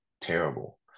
terrible